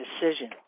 decision